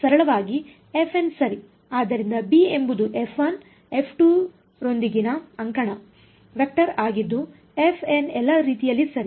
ಆದ್ದರಿಂದ b ಎಂಬುದು f1 f2 ರೊಂದಿಗಿನ ಅಂಕಣ ವೆಕ್ಟರ್ ಆಗಿದ್ದು fN ಎಲ್ಲಾ ರೀತಿಯಲ್ಲಿ ಸರಿ